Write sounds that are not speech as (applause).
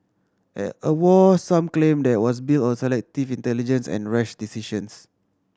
(unintelligible) a war some claim that was built on selective intelligence and rash decisions